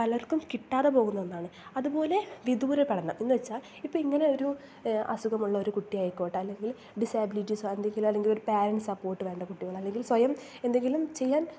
പലർക്കും കിട്ടാതെ പോകുന്ന ഒന്നാണ് അതുപോലെ വിദൂര പഠനം എന്ന് വെച്ചാൽ ഇപ്പം ഇങ്ങനെ ഒരു അസുഖം ഉള്ള ഒര് കുട്ടിയായിക്കോട്ടെ അല്ലെങ്കിൽ ഡിസേബിലിറ്റീസൊ എന്തെങ്കിലും അല്ലെങ്കിൽ ഒരു പാരൻറ്റ് സപ്പോർട്ട് വേണ്ട കുട്ടികള് അല്ലെങ്കിൽ സ്വയം എന്തെങ്കിലും ചെയ്യാൻ